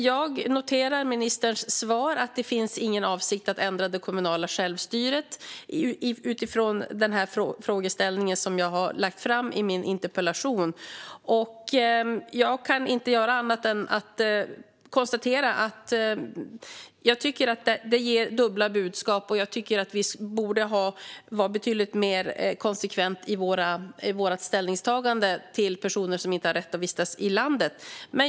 Jag noterar ministerns svar att det inte finns någon avsikt att ändra det kommunala självstyret utifrån den frågeställning som jag har lagt fram i min interpellation. Jag kan inte göra annat än att konstatera att jag tycker att detta ger dubbla budskap, och jag tycker att vi borde vara betydligt mer konsekventa i vårt ställningstagande till personer som inte har rätt att vistas i landet.